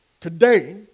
Today